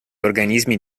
organismi